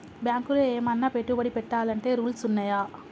బ్యాంకులో ఏమన్నా పెట్టుబడి పెట్టాలంటే రూల్స్ ఉన్నయా?